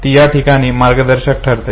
ती याठिकाणी मार्गदर्शक ठरते